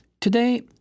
Today